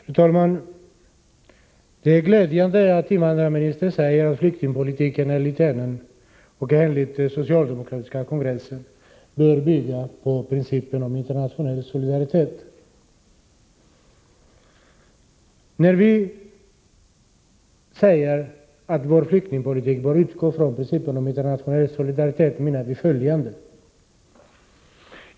Fru talman! Det är glädjande att invandrarministern säger att flyktingpolitiken enligt henne och enligt den socialdemokratiska partikongressen bör bygga på principen om internationell solidaritet. När vi säger att flyktingpolitiken bör utgå från principen om internationell solidaritet menar vi följande.